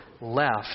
left